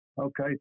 Okay